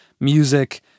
music